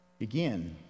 Again